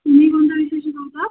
तुम्ही कोणता विषय शिकवता